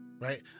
right